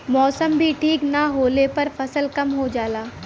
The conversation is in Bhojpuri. मौसम भी ठीक न होले पर फसल कम हो जाला